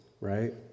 right